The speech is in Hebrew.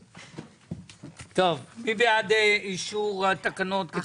טוב, מי בעד אישור התקנות.